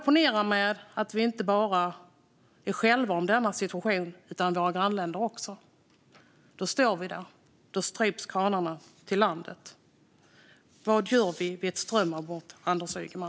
Ponera att vi inte är själva om denna situation utan att det är likadant i våra grannländer. Då står vi där, och då stryps kranarna till landet. Vad gör vi vid ett strömavbrott, Anders Ygeman?